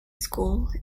school